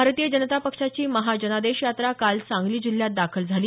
भारतीय जनता पक्षाची महाजनादेश यात्रा काल सांगली जिल्ह्यात दाखल झाली